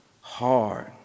hard